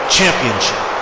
Championship